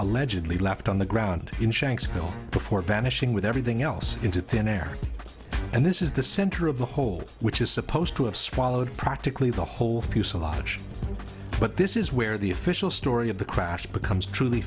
allegedly left on the ground in shanksville before vanishing with everything else into thin air and this is the center of the hole which is supposed to have swallowed practically the whole fuselage but this is where the official story of the crash becomes truly